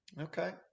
okay